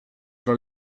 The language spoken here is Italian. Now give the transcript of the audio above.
tra